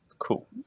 Cool